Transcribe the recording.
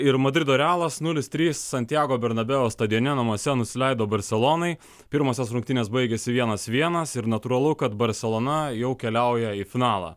ir madrido realas nulis trys santjago bernabeo stadione namuose nusileido barselonai pirmosios rungtynės baigėsi vienas vienas ir natūralu kad barselona jau keliauja į finalą